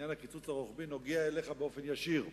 עניין הקיצוץ הרוחבי, נוגע אליך באופן ישיר.